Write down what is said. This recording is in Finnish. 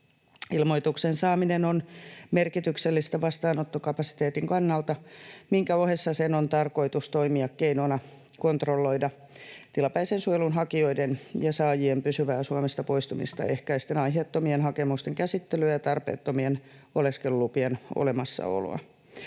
Ilmoituksen saaminen on merkityksellistä vastaanottokapasiteetin kannalta, minkä ohessa sen on tarkoitus toimia keinona kontrolloida tilapäisen suojelun hakijoiden ja saajien pysyvää Suomesta poistumista ehkäisten aiheettomien hakemusten käsittelyä ja tarpeettomien oleskelulupien olemassaoloa.